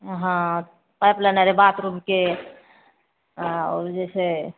हँ पाइप लेनाइ रहै बाथरूमके आओर जे छै